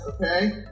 okay